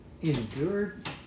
endured